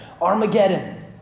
Armageddon